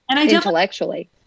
intellectually